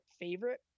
favorite